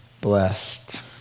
blessed